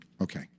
Okay